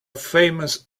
famous